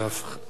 אדוני,